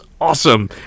awesome